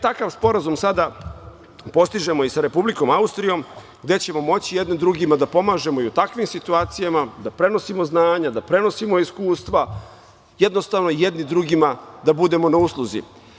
Takav sporazum sada postižemo i sa Republikom Austrijom, gde ćemo moći jedni drugima da pomažemo i u takvim situacijama, da prenosimo znanja, da prenosimo iskustva, jednostavno jedni drugima da budemo na usluzi.